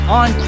on